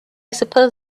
suppose